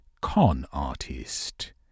con-artist